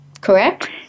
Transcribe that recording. Correct